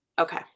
Okay